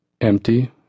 empty